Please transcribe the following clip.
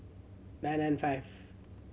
nine nine five